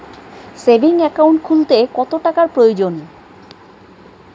Savings account খুলতে কত টাকার প্রয়োজন?